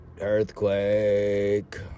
earthquake